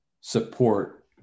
support